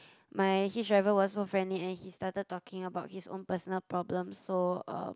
my hitch driver was so friendly and he started talking about his own personal problem so uh